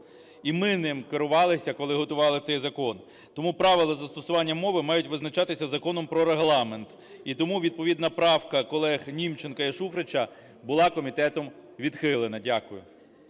І ми ним керувалися, коли готували цей закон. Тому правила застосування мови мають визначатися Законом про Регламент і тому відповідна правка колег Німченка і Шуфрича була комітетом відхилена. Дякую.